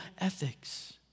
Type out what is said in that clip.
ethics